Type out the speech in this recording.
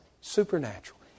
supernatural